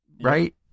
right